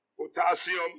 potassium